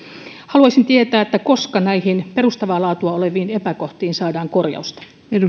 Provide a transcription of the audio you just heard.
haluaisin tietää koska näihin perustavaa laatua oleviin epäkohtiin saadaan korjausta